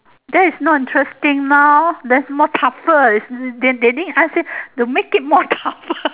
that is not interesting now that's more tougher they didn't ask you to make it more tougher